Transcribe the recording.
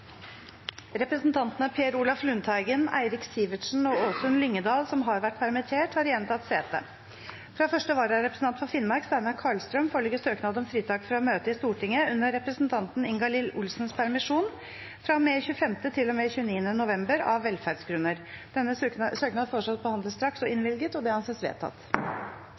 vært permittert, har igjen tatt sete. Fra første vararepresentant for Finnmark, Steinar Karlstrøm , foreligger søknad om fritak fra å møte i Stortinget under representanten Ingalill Olsens permisjon fra og med 25. til og med 29. november, av velferdsgrunner. Etter forslag fra presidenten ble enstemmig besluttet: Søknaden behandles straks og